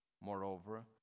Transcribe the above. Moreover